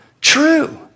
true